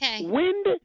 Wind